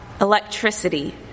electricity